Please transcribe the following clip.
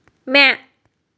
म्या